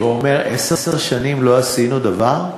ואומר: עשר שנים לא עשינו דבר?